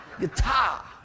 Guitar